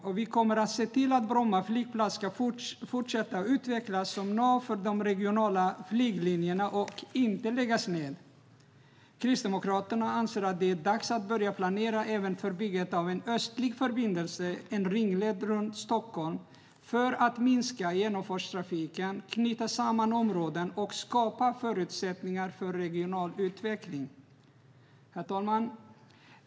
Och vi kommer att se till att Bromma flygplats ska fortsätta utvecklas som nav för de regionala flyglinjerna och inte läggas ned. Kristdemokraterna anser att det är dags att börja planera även för bygget av en östlig förbindelse, en ringled runt Stockholm, för att minska genomfartstrafiken, knyta samman områden och skapa förutsättningar för regional utveckling.